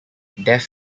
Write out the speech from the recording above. death